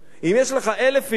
אם יש לך 1,000 איש,